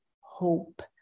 hope